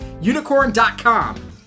Unicorn.com